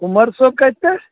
عُمر صأب کتہِ پیٚٹھ